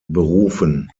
berufen